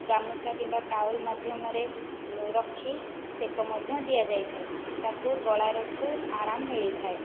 ଗାମୁଛା କିମ୍ବା ଟାୱଲ ମାଧ୍ୟମରେ ରଖି ଶେକ ମଧ୍ୟ ଦିଆଯାଇଥାଏ ତାକୁ ଗଳାରକୁ ଆରାମ ମିଳିଥାଏ